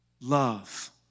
love